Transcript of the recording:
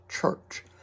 church